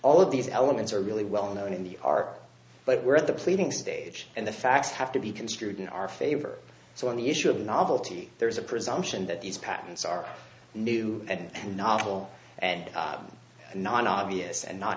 of these elements are really well known in the art but we're at the pleading stage and the facts have to be construed in our favor so on the issue of novelty there is a presumption that these patents are new and novel and non obvious and not